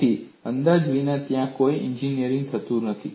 તેથી અંદાજ વિના ત્યાં કોઈ એન્જિનિયરિંગ નથી